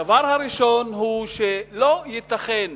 הדבר הראשון הוא שלא ייתכן